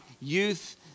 youth